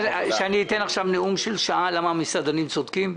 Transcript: שאני אתן עכשיו נאום של שעה למה המסעדנים צודקים,